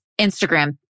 Instagram